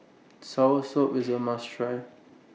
Soursop IS A must Try